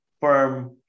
firm